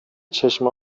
چشمه